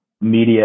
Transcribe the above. media